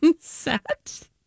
set